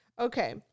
Okay